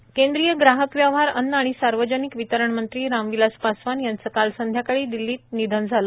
पासवान निधन केंद्रीय ग्राहक व्यवहार अन्न आणि सार्वजनिक वितरण मंत्री राम विलास पासवान यांचं काल संध्याकाळी दिल्लीत निधन झालं